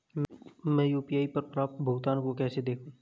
मैं यू.पी.आई पर प्राप्त भुगतान को कैसे देखूं?